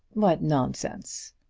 what nonsense!